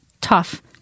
Tough